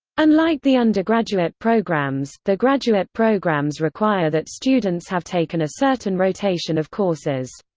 unlike the undergraduate programs, the graduate programs require that students have taken a certain rotation of courses.